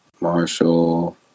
Marshall